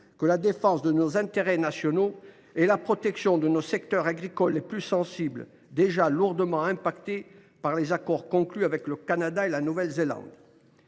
que la défense de nos intérêts nationaux et la protection de nos secteurs agricoles les plus sensibles, déjà lourdement affectés par les accords conclus avec le Canada et la Nouvelle Zélande.